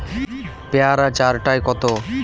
পেয়ারা চার টায় কত?